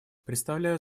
представляют